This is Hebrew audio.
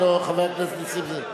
חבר הכנסת נסים זאב.